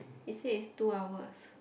you said is two hours